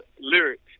lyrics